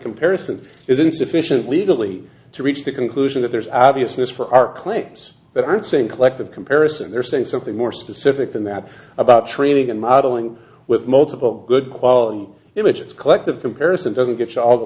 comparison is insufficient legally to reach the conclusion that there's obviously is for our claims that aren't saying collective comparison they're saying something more specific than that about training and modeling with multiple good quality images collected comparison doesn't get all the